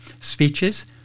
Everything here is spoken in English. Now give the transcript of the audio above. speeches